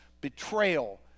betrayal